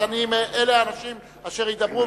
אלה האנשים אשר ידברו,